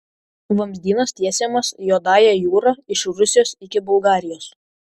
vamzdynas tiesiamas juodąja jūra iš rusijos iki bulgarijos